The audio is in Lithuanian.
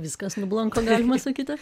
viskas nublanko galima sakyti